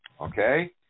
Okay